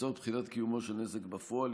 לצורך בחינת קיומו של נזק בפועל.